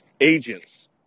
agents